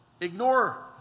ignore